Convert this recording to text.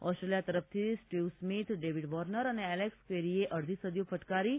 Australia તરફથી Steve Smith David Warner અને Alex કેરીએ અડધી સદીઓ ફટકારી હતી